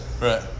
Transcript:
Right